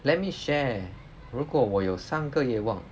let me share 如果我有三个愿望